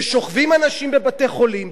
ששוכבים אנשים בבתי-החולים,